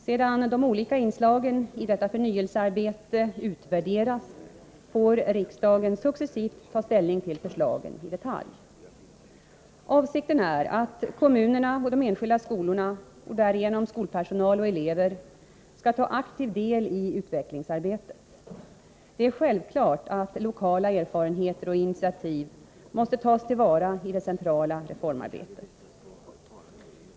Sedan de olika inslagen i detta förnyelsearbete utvärderats får riksdagen successivt ta ställning till förslagen i detalj. Avsikten är att kommunerna och de enskilda skolorna — och därigenom skolpersonal och elever — skall ta aktiv del i utvecklingsarbetet. Det är självklart att lokala erfarenheter och initiativ måste tas till vara i det centrala reformarbetet.